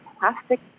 Plastic